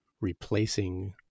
replacing